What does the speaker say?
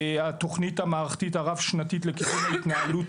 התכנית המערכתית הרב-שנתית לתכנון ההתנהלות